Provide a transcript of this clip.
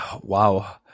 wow